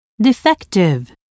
defective